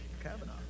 Kavanaugh